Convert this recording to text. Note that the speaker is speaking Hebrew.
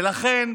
ולכן,